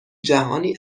جهانی